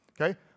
okay